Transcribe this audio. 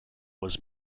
was